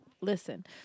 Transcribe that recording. listen